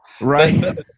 Right